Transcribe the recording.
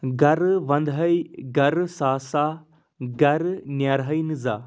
گَرٕ وَنٛدہاے گَرٕ ساسا گَرٕ نیرٕہاے نہٕ زانٛہہ